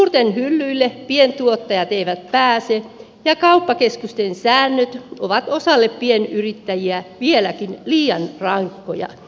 suurten hyllyille pientuottajat eivät pääse ja kauppakeskusten säännöt ovat osalle pienyrittäjiä vieläkin liian rankkoja